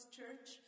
Church